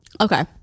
okay